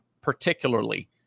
particularly